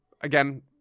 again